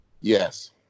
yes